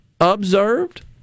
observed